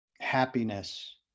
happiness